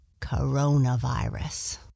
coronavirus